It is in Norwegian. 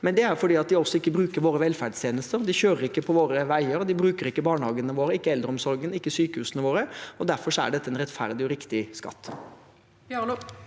men det er fordi de heller ikke bruker våre velferdstjenester. De kjører ikke på våre veier, og de bruker ikke barnehagene våre, eldreomsorgen eller sykehusene våre, og derfor er dette en rettferdig og riktig skatt.